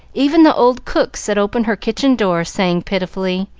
even the old cook set open her kitchen door, saying pitifully,